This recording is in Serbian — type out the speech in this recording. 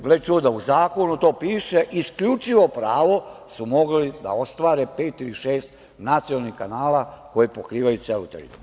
Gle čuda, u zakonu to piše, isključivo pravo su mogli da ostvare pet ili šest nacionalnih kanala koji pokrivaju celu teritoriju.